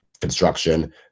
construction